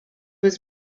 was